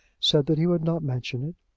said that he would not mention it.